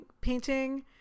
painting